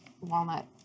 Walnut